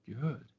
good